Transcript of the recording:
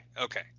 okay